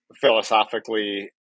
philosophically